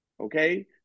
Okay